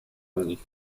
nich